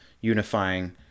unifying